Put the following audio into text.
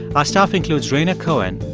our staff includes rhaina cohen,